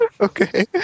Okay